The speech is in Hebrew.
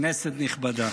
כנסת נכבדה,